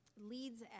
leads